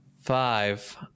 five